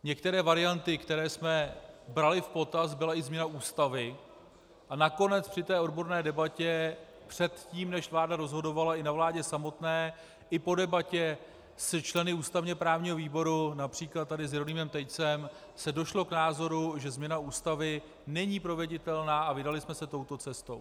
Některé varianty, které jsme brali v potaz, byla i změna Ústavy a nakonec při té odborné debatě předtím, než vláda rozhodovala, i na vládě samotné i po debatě se členy ústavněprávního výboru, např. tady s Jeronýmem Tejcem, se došlo k názoru, že změna Ústavy není proveditelná, a vydali jsme se touto cestou.